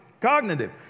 Cognitive